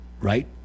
right